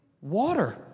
water